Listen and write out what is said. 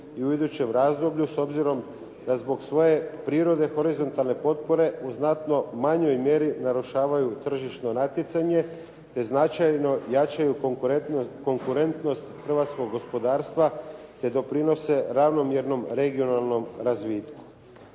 i u idućem razdoblju, s obzirom da zbog svoje prirode horizontalne potpore u znatno manjoj mjeri narušavaju tržišno natjecanje, te značajno jačaju konkurentnost hrvatskog gospodarstva te doprinose ravnomjernom regionalnom razvitku.